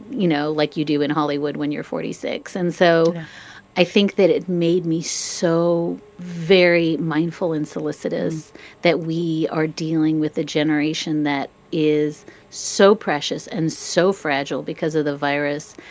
you know, like you do in hollywood when you're forty six. and so i think that it made me so very mindful and solicitous that we are dealing with a generation that is so precious and so fragile because of the virus.